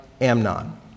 Amnon